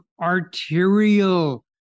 arterial